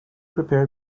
prepared